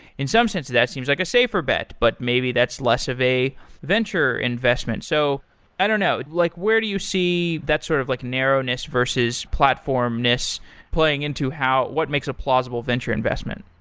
in some sense, that seems like a safer bet, but maybe that's less of a venture investment. so i don't know. like where do you see that sort of like narrowness versus platform-ness playing into how what makes a plausible venture investment?